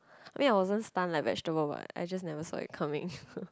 I mean I wasn't stun like vegetable but I just never saw it coming